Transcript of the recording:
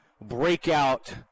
breakout